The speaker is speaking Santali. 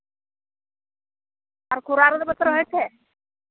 ᱟᱨ ᱠᱷᱚᱨᱟ ᱨᱮᱫᱚ ᱵᱟᱯᱮ ᱨᱚᱦᱚᱭ ᱛᱮ